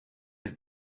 have